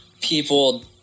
people